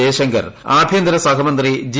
ജയശങ്കർ ആഭ്യന്തര സഹമന്ത്രി ജി